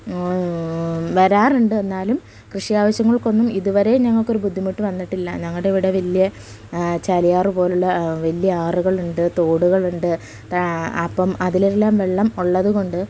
വരാറുണ്ട് എന്നാലും കൃഷി ആവശ്യങ്ങൾക്കൊന്നും ഇതുവരെ ഞങ്ങൾക്കൊരു ബുദ്ധിമുട്ട് വന്നിട്ടില്ല ഞങ്ങളുടെ ഇവിടെ വലിയ ചാലിയാർ പോലുള്ള വലിയ ആറുകളുണ്ട് തോടുകളുണ്ട് അപ്പം അതിലെല്ലാം വെള്ളം ഉള്ളതുകൊണ്ട്